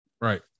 right